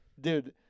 Dude